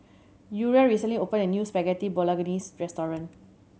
Uriah recently opened a new Spaghetti Bolognese restaurant